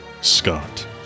Scott